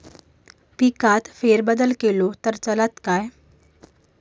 पिकात फेरबदल केलो तर चालत काय?